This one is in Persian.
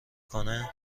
کنه